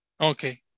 Okay